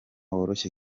woroshye